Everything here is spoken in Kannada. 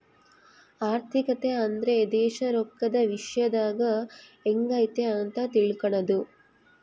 ಆರ್ಥಿಕತೆ ಅಂದ್ರೆ ದೇಶ ರೊಕ್ಕದ ವಿಶ್ಯದಾಗ ಎಂಗೈತೆ ಅಂತ ತಿಳ್ಕನದು